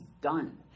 done